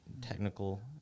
technical